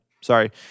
Sorry